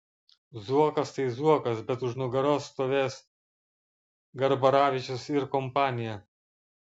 zuokas tai zuokas bet už nugaros stovės garbaravičius ir kompanija